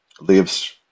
lives